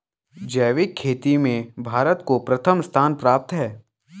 जैविक खेती में भारत को प्रथम स्थान प्राप्त है